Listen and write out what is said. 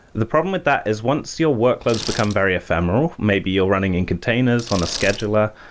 the problem with that is once your workloads become very ephemeral, maybe you're running in containers on a scheduler.